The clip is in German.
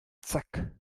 zack